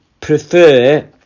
prefer